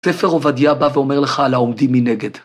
‫ספר עובדיה בא ואומר לך ‫על העומדים מנגד.